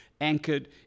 anchored